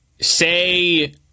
Say